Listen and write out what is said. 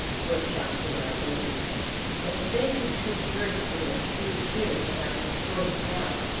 were shocked at our belief but if they could converse with a few here, that i could point out,